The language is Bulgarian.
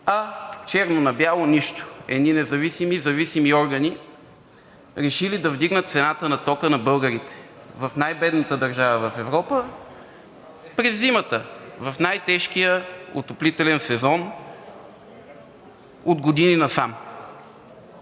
А черно на бяло? Нищо! Едни независими зависими органи решили да вдигнат цената на тока на българите в най-бедната държава в Европа през зимата, в най-тежкия отоплителен сезон от години насам.